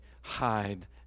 hide